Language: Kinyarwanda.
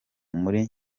muri